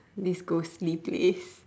this ghostly place